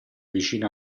vicina